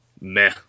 meh